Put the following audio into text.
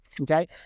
okay